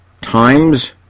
times